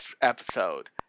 episode